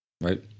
right